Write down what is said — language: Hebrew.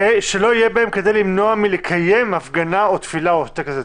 שלא יהיה בהם כדי למנוע מלקיים הפגנה או תפילה או טקס דתי.